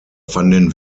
fanden